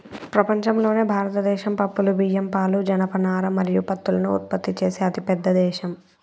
ప్రపంచంలోనే భారతదేశం పప్పులు, బియ్యం, పాలు, జనపనార మరియు పత్తులను ఉత్పత్తి చేసే అతిపెద్ద దేశం